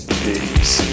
peace